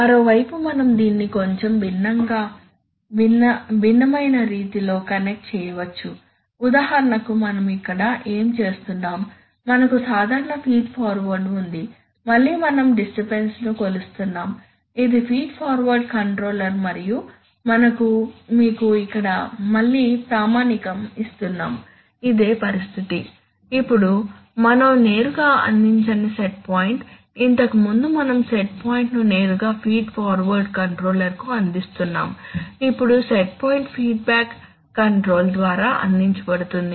మరోవైపు మనం దీన్ని కొంచెం భిన్నమైన రీతిలో కనెక్ట్ చేయవచ్చు ఉదాహరణకు మనం ఇక్కడ ఏమి చేస్తున్నాం మనకు సాధారణ ఫీడ్ ఫార్వర్డ్ ఉంది మళ్ళీ మనం డిస్టర్బన్స్ ను కొలుస్తున్నాము ఇది ఫీడ్ ఫార్వర్డ్ కంట్రోలర్ మరియు మనం మీకు ఇక్కడ మళ్ళీ ప్రామాణికం ఇస్తున్నాము అదే పరిస్థితి ఇప్పుడు మనం నేరుగా అందించని సెట్ పాయింట్ ఇంతకుముందు మనం సెట్ పాయింట్ను నేరుగా ఫీడ్ ఫార్వర్డ్ కంట్రోలర్కు అందిస్తున్నాము ఇప్పుడు సెట్ పాయింట్ ఫీడ్బ్యాక్ కంట్రోల్ ద్వారా అందించబడుతోంది